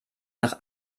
nach